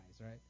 right